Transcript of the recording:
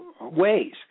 ways